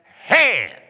hand